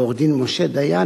ועורך-דין משה דיין,